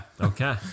Okay